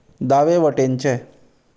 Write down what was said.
दावे वटेनचें